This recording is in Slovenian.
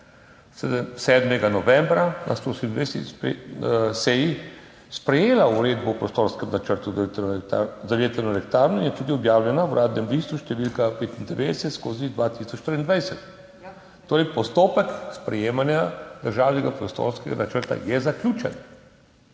7. novembra na 28. seji sprejela uredbo o prostorskem načrtu za vetrno elektrarno in je tudi objavljena v Uradnem listu številka 95/2023, torej, postopek sprejemanja državnega prostorskega načrta je zaključen.